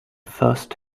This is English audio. first